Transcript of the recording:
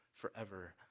forever